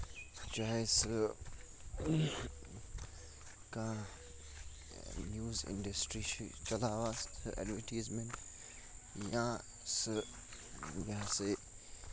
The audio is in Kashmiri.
چاہے سُہ کانہہ نِؤز اِنڈسٹری چھِ چلاوان سُہ ایڈوِٹیٖزمینٹ یا سُہ یہِ ہسا یہِ